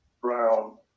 Brown